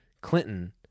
clinton